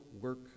work